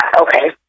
okay